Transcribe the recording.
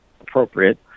appropriate